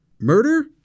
Murder